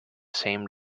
same